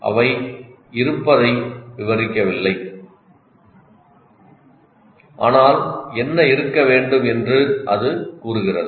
அவை இருப்பதை விவரிக்கவில்லை ஆனால் என்ன இருக்க வேண்டும் என்று அது கூறுகிறது